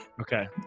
okay